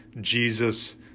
Jesus